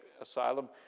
asylum